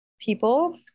people